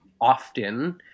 often